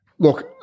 Look